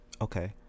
Okay